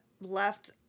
left